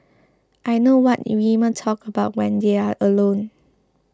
I know what women talk about when they're alone